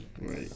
Right